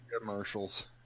commercials